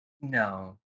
No